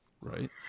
Right